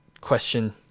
question